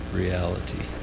reality